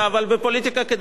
מה היה קורה אילו,